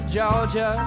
Georgia